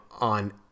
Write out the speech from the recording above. on